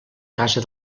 casa